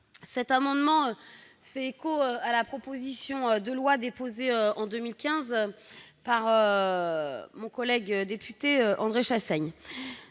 Cet amendement fait écho à la proposition de loi déposée en 2015 par notre collègue député André Chassaigne.